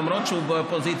למרות שהוא באופוזיציה,